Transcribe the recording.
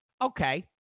okay